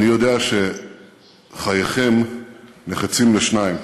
אני יודע שחייכם נחצים לשניים: